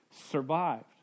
survived